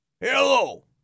Hello